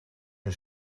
een